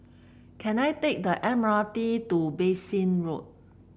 can I take the M R T to Bassein Road